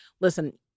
listen